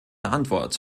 antwort